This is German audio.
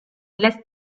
lässt